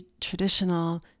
traditional